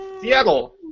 Seattle